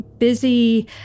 busy